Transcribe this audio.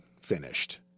finished